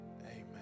Amen